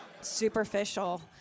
Superficial